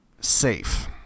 safe